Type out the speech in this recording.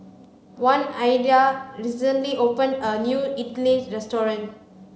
oneida recently opened a new Idili restaurant